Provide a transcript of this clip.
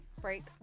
break